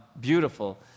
beautiful